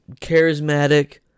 charismatic